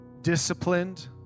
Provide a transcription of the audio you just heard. disciplined